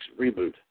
reboot